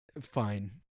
fine